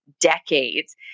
decades